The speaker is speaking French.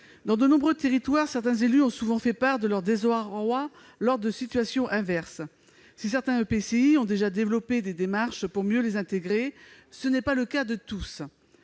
Dans de nombreux territoires, certains élus ont souvent fait part de leur désarroi lors de situations inverses : si certains EPCI ont déjà engagé des démarches pour mieux les associer, ce n'est pas le cas de tous.